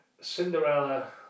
Cinderella